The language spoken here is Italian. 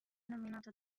nominato